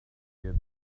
yet